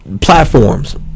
platforms